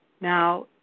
Now